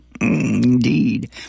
indeed